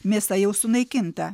mėsa jau sunaikinta